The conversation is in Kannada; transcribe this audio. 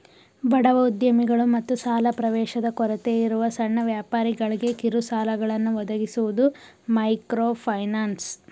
ಬಡವ ಉದ್ಯಮಿಗಳು ಮತ್ತು ಸಾಲ ಪ್ರವೇಶದ ಕೊರತೆಯಿರುವ ಸಣ್ಣ ವ್ಯಾಪಾರಿಗಳ್ಗೆ ಕಿರುಸಾಲಗಳನ್ನ ಒದಗಿಸುವುದು ಮೈಕ್ರೋಫೈನಾನ್ಸ್